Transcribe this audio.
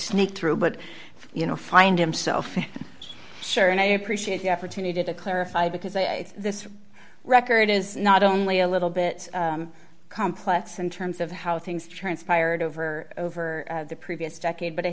sneak through but you know find him so sure and i appreciate the opportunity to clarify because this record is not only a little bit complex in terms of how things transpired over over the previous decade but i